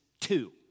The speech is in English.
two